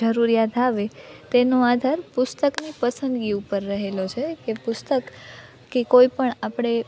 જરૂરિયાત આવે તેનો આધાર પુસ્તકની પસંદગી ઉપર રહેલો છે કે પુસ્તક કે કોઈપણ આપણે